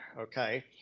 Okay